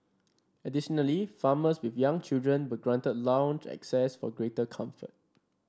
additionally farmers with young children were granted lounge access for greater comfort